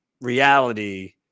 reality